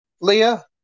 Leah